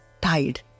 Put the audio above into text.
tied